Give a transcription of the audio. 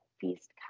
feast